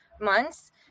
months